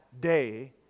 day